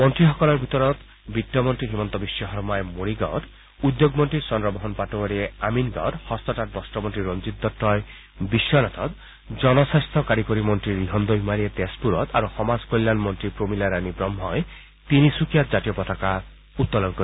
মন্ত্ৰীসকলৰ ভিতৰত বিত্তমন্ত্ৰী হিমন্ত বিশ্ব শৰ্মাই মৰিগাঁৱত উদ্যোগ মন্ত্ৰী চন্দ্ৰমোহন পাটোৱাৰীয়ে আমিনগাঁৱত হস্ততাঁত বব্ৰমন্ত্ৰী ৰঞ্জিত দত্তই বিধনাথত জনস্বাস্থ্য কাৰীকৰী মন্তী ৰিহণ দৈমাৰীয়ে তেজপুৰত আৰু সমাজ কল্যাণ মন্তী প্ৰমীলা ৰাণী ব্ৰহ্মাই তিনিচুকীয়াত জাতীয় পতাকা উত্তোলন কৰিব